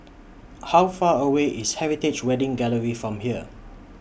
How Far away IS Heritage Wedding Gallery from here